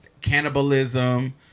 cannibalism